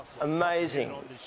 Amazing